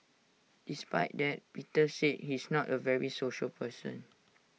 despite that Peter said he's not A very social person